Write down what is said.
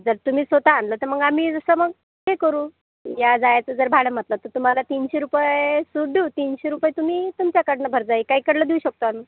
जर तुम्ही स्वत आणलं तर मग आम्ही जसं मग पे करू या जायाचं जर भाडं म्हटलं तर तुम्हाला तीनशे रुपये सूट देऊ तीनशे रुपये तुम्ही तुमच्याकडनं भरता आहे का इकडलं देऊ शकतो आम्ही